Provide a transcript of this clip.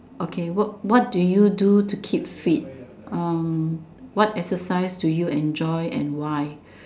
okay what what do you to keep fit um what exercise do you enjoy and why